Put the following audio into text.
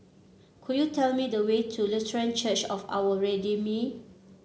could you tell me the way to Lutheran Church of Our Redeemer